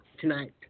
tonight